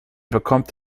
bekommt